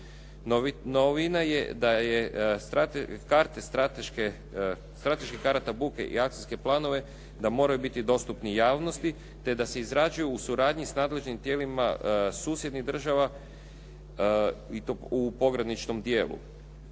strateške, strateških karata buke i akcijske planove da moraju biti dostupni javnosti, te da se izrađuju u suradnji s nadležnim tijelima susjednih država i to u pograničnom dijelu.